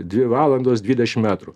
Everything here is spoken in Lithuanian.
dvi valandos dvidešim metrų